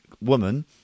woman